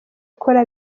akora